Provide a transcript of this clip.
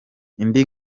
indi